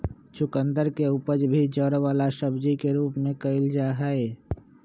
चुकंदर के उपज भी जड़ वाला सब्जी के रूप में कइल जाहई